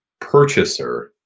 purchaser